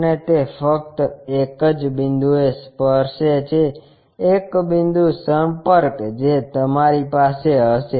અને તે ફક્ત એક જ બિંદુએ સ્પર્શે છે એક બિંદુ સંપર્ક જે તમારી પાસે હશે